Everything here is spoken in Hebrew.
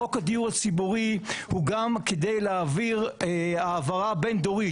חוק הדיור הציבורי הוא גם כדי להעביר העברה בין-דורית,